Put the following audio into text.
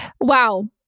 Wow